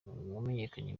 wamenyekanye